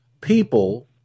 people